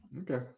okay